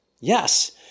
Yes